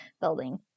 building